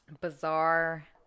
bizarre